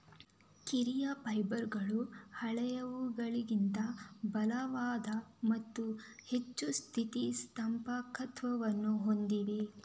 ಕಿರಿಯ ಫೈಬರ್ಗಳು ಹಳೆಯವುಗಳಿಗಿಂತ ಬಲವಾದ ಮತ್ತು ಹೆಚ್ಚು ಸ್ಥಿತಿ ಸ್ಥಾಪಕತ್ವವನ್ನು ಹೊಂದಿವೆ